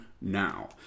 Now